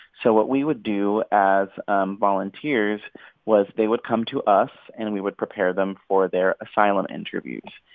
so what we would do as um volunteers was they would come to us, and we would prepare them for their asylum interviews.